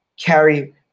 carry